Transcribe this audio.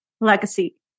legacy